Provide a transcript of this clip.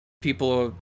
People